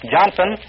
Johnson